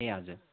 ए हजुर